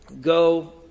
Go